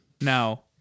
Now